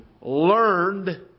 learned